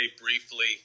briefly